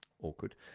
awkward